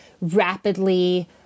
rapidly